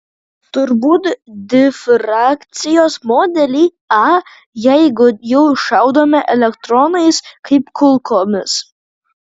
turbūt difrakcijos modelį a jeigu jau šaudome elektronais kaip kulkomis